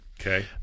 Okay